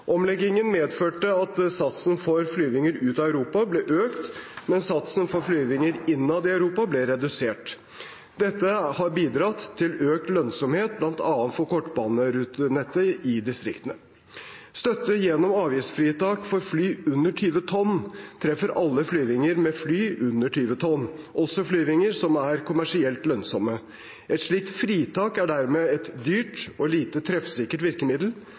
Omleggingen medførte at satsen for flyvninger ut av Europa ble økt, mens satsen for flyvninger innad i Europa ble redusert. Dette har bidratt til økt lønnsomhet bl.a. for kortbanerutenettet i distriktene. Støtte gjennom avgiftsfritak for fly under 20 tonn treffer alle flyvninger med fly under 20 tonn, også flyvninger som er kommersielt lønnsomme. Et slikt fritak er dermed et dyrt og lite treffsikkert virkemiddel